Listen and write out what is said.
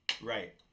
Right